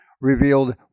revealed